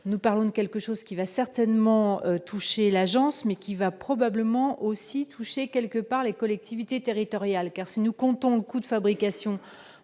nous parlons de quelque chose qui va certainement toucher l'agence mais qui va probablement aussi touché quelque part, les collectivités territoriales, car si nous comptons beaucoup de fabrication